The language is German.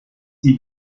sie